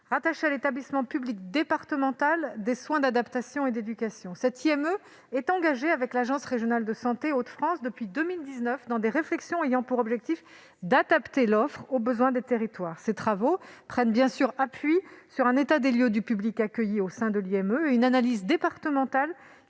rattaché à l'établissement public départemental de soins d'adaptation et d'éducation. Cet IME est engagé depuis 2019 avec l'agence régionale de santé (ARS) des Hauts-de-France dans des réflexions ayant pour objectif d'adapter l'offre aux besoins des territoires. Ces travaux prennent appui sur un état des lieux du public accueilli au sein de l'IME et sur une analyse départementale